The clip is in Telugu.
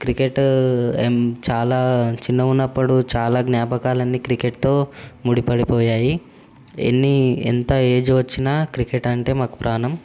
క్రికెట్ చాలా చిన్నగా ఉన్నప్పుడు చాలా జ్ఞాపకాలన్నీ క్రికెట్తో ముడి పడిపోయాయి ఎన్ని ఎంత ఏజ్ వచ్చినా క్రికెట్ అంటే మాకు ప్రాణం